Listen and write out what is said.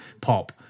pop